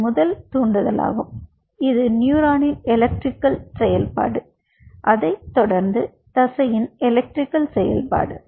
இது முதல் தூண்டுதலாகும் இது நியூரானின் எலக்ட்ரிகல் செயல்பாடு அதைத் தொடர்ந்து தசையின் எலக்ட்ரிகல் செயல்பாடு